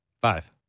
Five